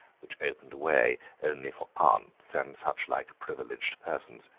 which opened a way only for aunts and such-like privileged persons.